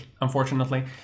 unfortunately